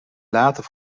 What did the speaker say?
later